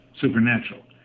supernatural